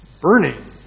burning